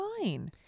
fine